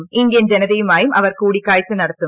Indian സമൂഹവുമായും അവർ കൂടിക്കാഴ്ച നടത്തും